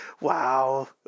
Wow